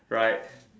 right